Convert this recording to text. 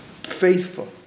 faithful